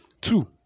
Two